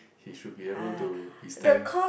he should be able to withstand